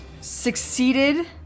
succeeded